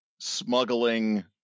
smuggling